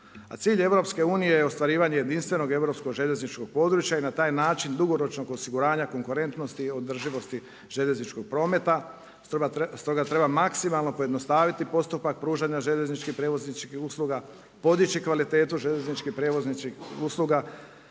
cilj EU-a je ostvarivanje jedinstvenog europskog željezničkog područja i na taj način dugoročnog osiguranja konkurentnosti i održivosti željezničkog prometa, stoga treba maksimalno pojednostaviti postupak pružanja željezničkih prijevoznih usluga, podići kvalitetu željezničkih prijevoznih usluga,